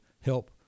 help